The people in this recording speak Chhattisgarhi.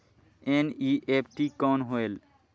एन.ई.एफ.टी कौन होएल?